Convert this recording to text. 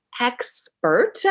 expert